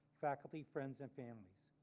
faculty, friends, and families.